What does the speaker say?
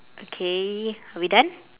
okay are we done